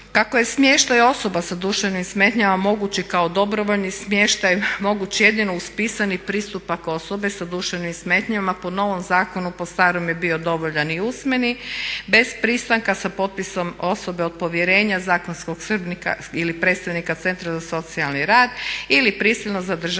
Kako je smještaj osoba sa duševnim smetnjama moguć i kao dobrovoljni smještaj, moguć jedino uz pisani pristup ako osobe sa duševnim smetnjama po novom zakonu, po starom je bio dovoljan i usmeni, bez pristanka sa potpisom osobe od povjerenja, zakonskog skrbnika ili predstavnika centra za socijalni rad ili prisilno zadržavanje